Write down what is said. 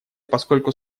поскольку